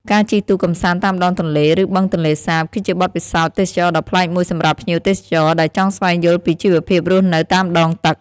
ការជិះទូកកម្សាន្តតាមដងទន្លេ ឬបឹងទន្លេសាប គឺជាបទពិសោធន៍ទេសចរណ៍ដ៏ប្លែកមួយសម្រាប់ភ្ញៀវទេសចរ ដែលចង់ស្វែងយល់ពីជីវភាពរស់នៅតាមដងទឹក ។